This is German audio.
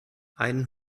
einen